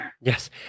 Yes